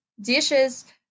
dishes